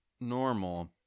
normal